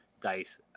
dice